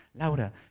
Laura